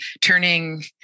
turning